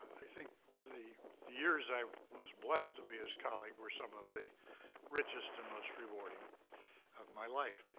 i think the the years i was blessed to be his colleague were some of the richest and most rewarding of my life.